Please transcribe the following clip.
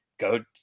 go